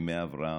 הסכמי אברהם,